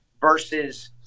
Versus